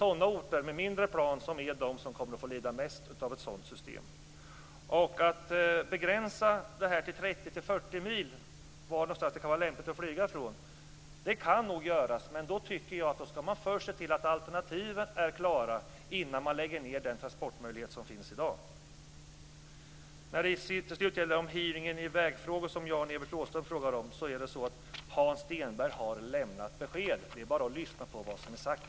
Sådana orter, och mindre plan, är de som kommer att få lida mest av ett sådant system. Att sätta en gräns på 30-40 mil för vart det kan vara lämpligt att flyga kan nog göras. Men då tycker jag att man ska se till att alternativen är klara innan man lägger ned den transportmöjlighet som finns i dag. Till slut gäller det hearingen om vägfrågor, som Jan-Evert Rådhström frågade om. Hans Stenberg har lämnat besked - det är bara att lyssna på vad som är sagt.